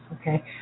Okay